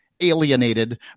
alienated